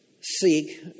Seek